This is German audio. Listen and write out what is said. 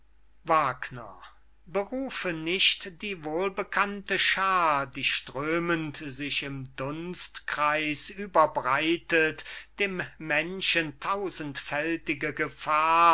seyn berufe nicht die wohlbekannte schaar die strömend sich im dunstkreis überbreitet dem menschen tausendfältige gefahr